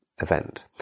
event